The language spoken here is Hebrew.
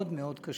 מאוד מאוד קשה.